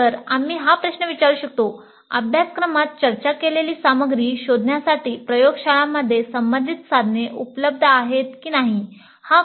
तर आम्ही हा प्रश्न विचारू शकतोजरी हा कोर्स एक सिद्धांत अभ्यासक्रम होता तरी "अभ्यासक्रमात चर्चा केलेली सामग्री शोधण्यासाठी प्रयोगशाळांमध्ये संबंधित साधने उपलब्ध आहेत की नाही"